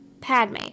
Padme